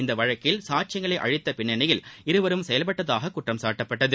இந்த வழக்கில் சாட்சியங்களை அழித்த பின்னணியில் இருவரும் செயல்பட்டதாக குற்றம் சாட்டப்பட்டது